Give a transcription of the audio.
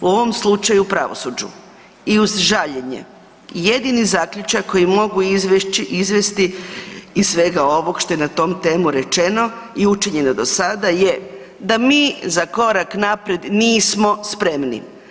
U ovom slučaju u pravosuđu i uz žaljenje jedini zaključak koji mogu izvesti iz svega ovog što je na tu temu rečeno i učinjeno do sada je da mi za korak naprijed nismo spremni.